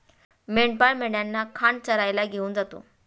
मेंढपाळ मेंढ्यांचा खांड चरायला घेऊन जातो